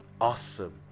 awesome